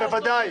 בוודאי.